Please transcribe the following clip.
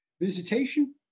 Visitation